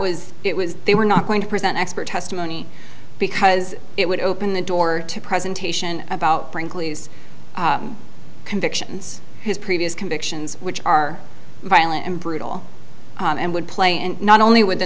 was it was they were not going to present expert testimony because it would open the door to presentation about brinkley's convictions his previous convictions which are violent and brutal and would play and not only with